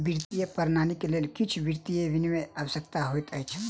वित्तीय प्रणालीक लेल किछ वित्तीय विनियम आवश्यक होइत अछि